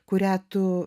kurią tu